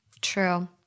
True